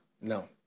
No